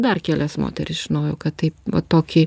dar kelias moteris žinojau kad taip vat tokį